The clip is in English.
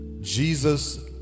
Jesus